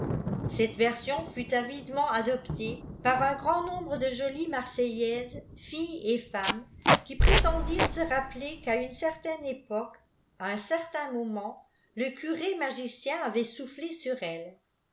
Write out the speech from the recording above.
cette veïsioh fut avidement adoptée pr xin gtandnpmbre d e idr lies marseillaises filles et femmes uni prétendîrerit se tafpïër qu'à tmfe cferlaine époque à un certain moment le crfré ààcien avait soufflé sur elles